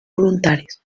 voluntaris